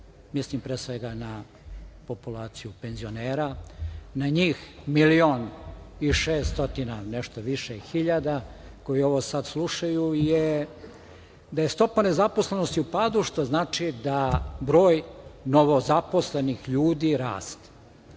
mislim pre svega na populaciju penzionera, na njih milion i 600 i nešto više hiljada, koji ovo sada slušaju, jeste da je stopa nezaposlenosti u padu što znači da broj novozaposlenih ljudi raste.